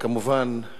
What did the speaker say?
כמובן,